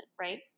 right